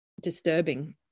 disturbing